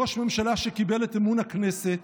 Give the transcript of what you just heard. ראש ממשלה שקיבל את אמון הכנסת,